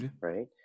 right